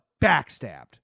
backstabbed